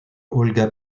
olga